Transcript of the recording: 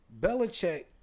Belichick